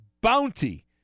bounty